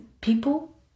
people